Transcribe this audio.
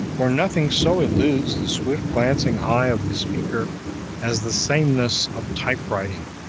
for nothing so eludes the swift-glancing eye of the speaker as the sameness of typewriting,